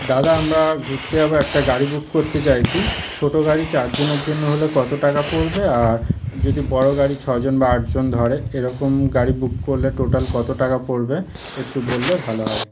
দাদা আমরা ঘুরতে যাবো একটা গাড়ি বুক করতে চাইছি ছোট গাড়ি চারজনের জন্য হলে কত টাকা পড়বে আর যদি বড় গাড়ি ছজন বা আটজন ধরে এরকম গাড়ি বুক করলে টোটাল কত টাকা পড়বে একটু বললে ভালো হয়